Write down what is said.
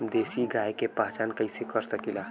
देशी गाय के पहचान कइसे कर सकीला?